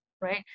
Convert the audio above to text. right